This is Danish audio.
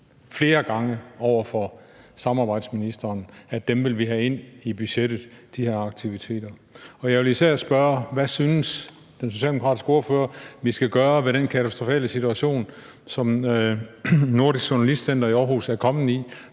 indstillet over for samarbejdsministeren at vi vil have ind i budgettet. Og jeg vil især spørge: Hvad synes den socialdemokratiske ordfører vi skal gøre ved den katastrofale situation, som Nordisk Journalistcenter i Aarhus vil stå i,